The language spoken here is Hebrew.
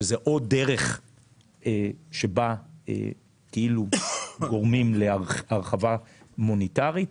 שזאת עוד דרך שבה גורמים להרחבה מוניטרית,